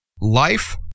life